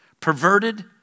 Perverted